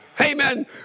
Amen